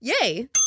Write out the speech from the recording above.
Yay